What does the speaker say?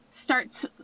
starts